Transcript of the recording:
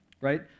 Right